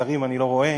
שרים אני לא רואה,